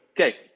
Okay